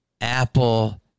Apple